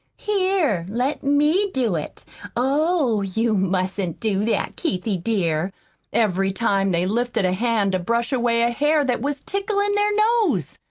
here, let me do it oh, you mustn't do that, keithie, dear every time they lifted a hand to brush away a hair that was ticklin' their nose?